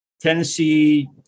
Tennessee